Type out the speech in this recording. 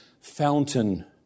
fountain